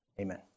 Amen